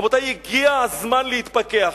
רבותי, הגיע הזמן להתפכח.